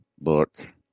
book